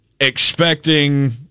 expecting